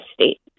state